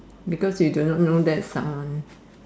because you do not know that's someone